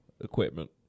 equipment